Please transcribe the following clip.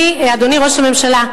אני, אדוני ראש הממשלה,